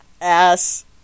Ass